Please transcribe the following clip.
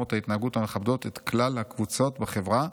נורמות התנהגות המכבדות את כלל הקבוצות בחברה